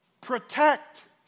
Protect